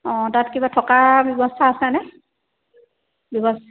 অঁ তাত কিবা থকাৰ ব্যৱস্থা আছেনে ব্যৱস্থা